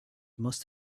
must